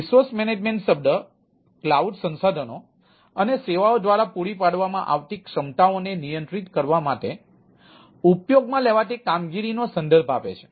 resource management શબ્દ cloud સંસાધનો અને સેવાઓ દ્વારા પૂરી પાડવામાં આવતી ક્ષમતાઓને નિયંત્રિત કરવા માટે ઉપયોગમાં લેવાતી કામગીરીનો સંદર્ભ આપે છે